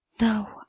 no